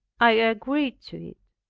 i agreed to it,